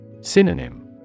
Synonym